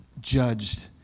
judged